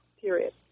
period